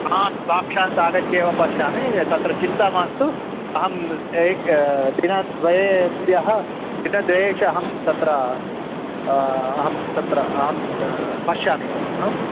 आं साक्षात् आगत्य एव पश्यामि तत्र चिन्ता मास्तु अहम् एकं दिनद्वयेभ्यः दिनद्वयेषु अहं तत्र अहं तत्र अहं पश्यामि एव हा